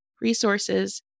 resources